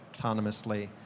autonomously